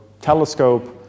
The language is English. telescope